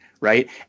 right